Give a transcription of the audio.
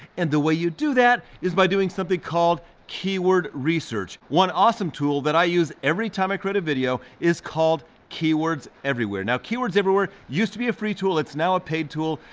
and the way you do that is by doing something called keyword research. one awesome tool that i use every time i create a video is called keywords everywhere. now, keywords everywhere used to be a free tool, it's now a paid tool.